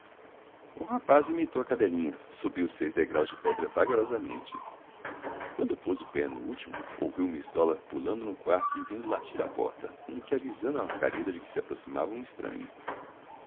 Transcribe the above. o rapaz imitou a cadelinha subiu os seis degraus de pedra vagarosamente quando pôs o pé no último ouviu miss dollar pulando no quarto e vindo latir à porta como que avisando a margarida de que se aproximava um estranho